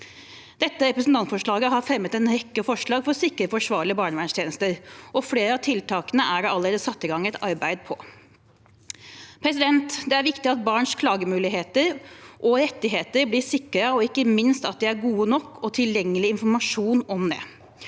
Dette representantforslaget har fremmet en rekke forslag for å sikre forsvarlige barnevernstjenester, og for flere av tiltakene er det allerede satt i gang et arbeid. Det er viktig at barns klagemuligheter og rettigheter blir sikret, og ikke minst er det viktig at de er gode nok, og at det er tilgjengelig informasjon om dem.